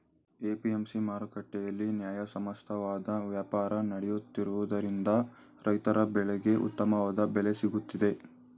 APMC ಮಾರುಕಟ್ಟೆಯಲ್ಲಿ ನ್ಯಾಯಸಮ್ಮತವಾದ ವ್ಯಾಪಾರ ನಡೆಯುತ್ತಿರುವುದರಿಂದ ರೈತರ ಬೆಳೆಗೆ ಉತ್ತಮವಾದ ಬೆಲೆ ಸಿಗುತ್ತಿದೆ